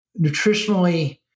nutritionally